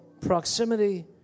proximity